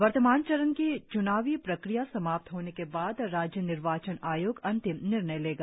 वर्तमान चरण की च्नावी प्रक्रिया समाप्त होने के बाद राज्य निर्वाचन आयोग अंतिम निर्णय लेगा